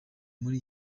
muri